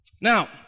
Now